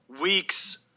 week's